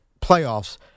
playoffs